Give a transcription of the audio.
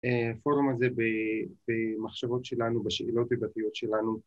‫פורום הזה במחשבות שלנו, ‫בשאלות היבטיות שלנו.